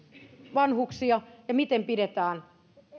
vanhuksia ja miten pidetään